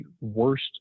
worst